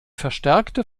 verstärkte